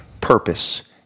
purpose